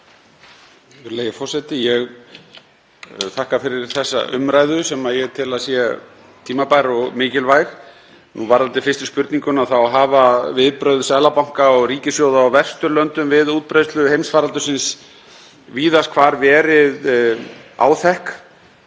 Ég þakka fyrir þessa umræðu sem ég tel að sé tímabær og mikilvæg. Varðandi fyrstu spurninguna þá hafa viðbrögð seðlabanka og ríkissjóða á Vesturlöndum við útbreiðslu heimsfaraldursins víðast hvar verið áþekk.